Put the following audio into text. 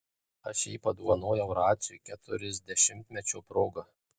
aš jį padovanojau raciui keturiasdešimtmečio proga